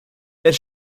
its